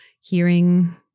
hearing